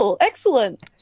Excellent